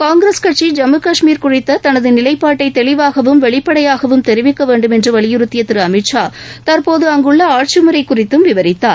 காங்கிரஸ் கட்சி ஜம்மு கஷ்மீர் குறித்ததனதுநிலைப்பாட்டைதெளிவாகவும் வெளிப்படையாகவும் தெரிவிக்கவேண்டும் என்றுவலியுறுத்தியதிரு அமித்ஷா தற்போது அங்குள்ள ஆட்சிமுறைகுறித்தும் விவரித்தார்